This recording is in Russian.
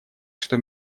что